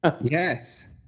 Yes